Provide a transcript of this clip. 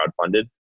crowdfunded